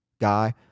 guy